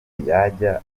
yajya